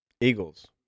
Eagles